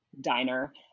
diner